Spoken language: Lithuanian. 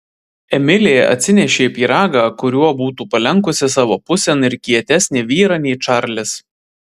emilė atsinešė pyragą kuriuo būtų palenkusi savo pusėn ir kietesnį vyrą nei čarlis